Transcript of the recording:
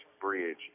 bridge